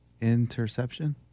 Interception